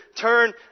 turn